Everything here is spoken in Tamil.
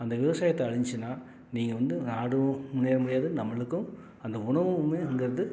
அந்த விவசாயத்தை அழிஞ்ச்சினா நீங்கள் வந்து நாடும் முன்னேற முடியாது நம்மளுக்கும் அந்த உணவுமேங்கிறது